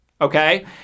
Okay